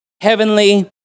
heavenly